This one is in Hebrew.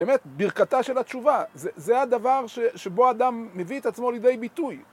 באמת, ברכתה של התשובה, זה הדבר שבו אדם מביא את עצמו לידי ביטוי.